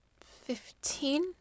fifteen